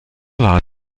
war